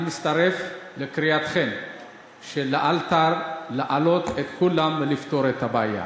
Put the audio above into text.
אני מצטרף לקריאתכם להעלות את כולם לאלתר ולפתור את הבעיה.